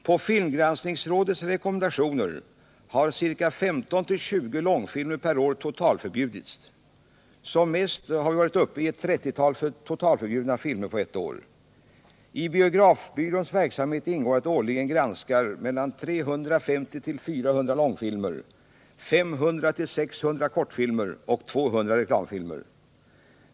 På filmgranskningsrådets rekommendationer har 15-20 långfilmer per år totalförbjudits. Som mest har vi varit uppe i ett 30-tal totalförbjudna filmer på ett år. I biografbyråns verksamhet ingår att årligen granska 350-400 långfilmer, 500-600 kortfilmer och 200 reklamfilmer.